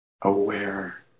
aware